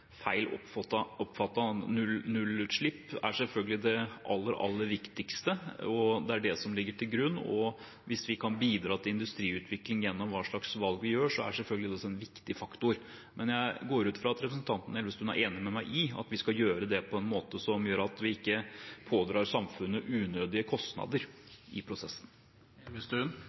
Nullutslipp er selvfølgelig det aller, aller viktigste, og det er det som ligger til grunn. Hvis vi kan bidra til industriutvikling gjennom hva slags valg vi gjør, er selvfølgelig det også en viktig faktor. Men jeg går ut fra at representanten Elvestuen er enig med meg i at vi skal gjøre det på en måte som gjør at samfunnet ikke pådrar seg unødige kostnader i